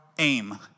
aim